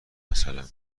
مثلا